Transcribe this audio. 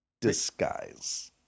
Disguise